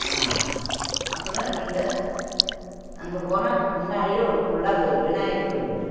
அப்புறோம் நீங்கள் அங்கே போனால் முன்னாடியே ஒரு புள்ளா கோவில் விநாயகர் கோவில் வரும்